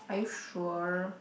are you sure